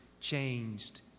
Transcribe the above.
changed